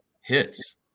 hits